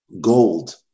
gold